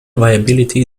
viability